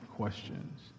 Questions